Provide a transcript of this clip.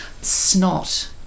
snot